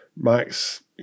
Max